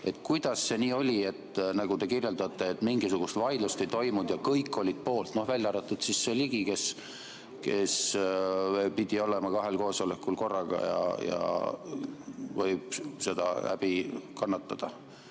Kuidas see nii oli, nagu te kirjeldate, et mingisugust vaidlust ei toimunud ja kõik olid poolt? No välja arvatud siis see Ligi, kes pidi olema kahel koosolekul korraga ja võib seda häbi kannatada.